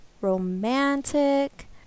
romantic